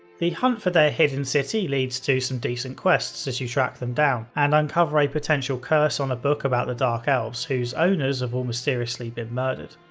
the hunt for their hidden city leads to some decent quests as you track them down and uncover a potential curse on a book about the dark elves whose owners have all mysteriously been murdered.